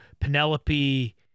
Penelope